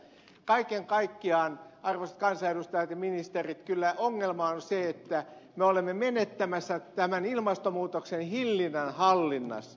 kaiken kaikkiaan arvoisat kansanedustajat ja ministerit kyllä ongelma on se että me olemme menettämässä tämän ilmastonmuutoksen hillinnän hallinnasta